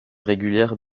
régulière